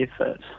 effort